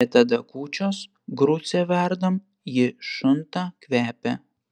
bet tada kūčios grucę verdam ji šunta kvepia